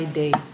day